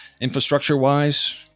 Infrastructure-wise